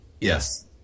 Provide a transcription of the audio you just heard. Yes